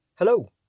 Hello